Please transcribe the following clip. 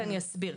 ואסביר.